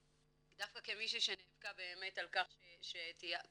דווקא כמישהי שנאבקה באמת על כך שתעבור